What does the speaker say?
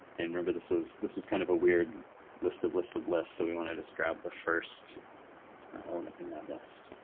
and remember, this was this was kind of a weird list of lists of lists. so we want to just grab the first element in that list.